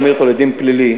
להעמיד אותו לדין פלילי,